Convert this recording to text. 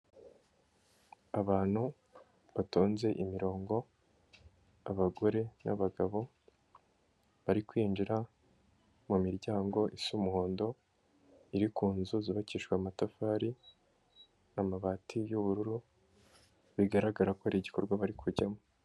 Abantu batonze imirongo abagore n'abagabo, bari kwinjira mu miryango isa umuhondo iri ku nzu zubakishijwe amatafari, amabati y'ubururu, bigaragara ko ari igikorwa bari kujyamo.